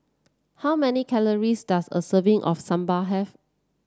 how many calories does a serving of sambal have